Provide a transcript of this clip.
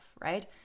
right